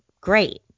great